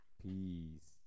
peace